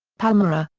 palmyra,